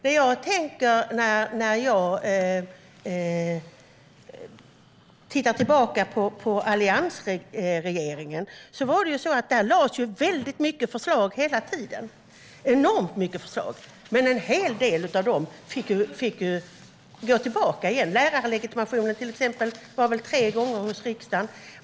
Det jag tänker när jag ser tillbaka på alliansregeringen är att det lades fram många förslag hela tiden - enormt många förslag. Men en hel del av dem fick gå tillbaka igen. Lärarlegitimationen, till exempel, var väl tre gånger i riksdagen.